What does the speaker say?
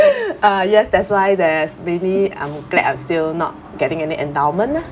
uh yes that's why there's really I'm glad I'm still not getting any endowment ah